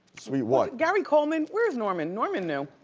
sweet what? gary coleman? where's norman? norman knew.